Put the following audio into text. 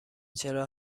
چرا